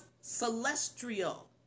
celestial